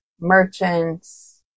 merchants